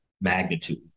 magnitude